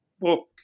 book